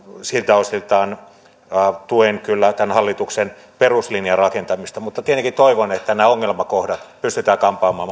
siltä osiltaan tuen kyllä tämän hallituksen peruslinjan rakentamista mutta tietenkin toivon että nämä ongelmakohdat pystytään kampaamaan